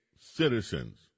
citizens